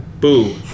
Boo